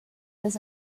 this